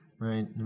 right